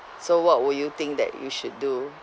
so what will you think that you should do